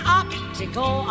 optical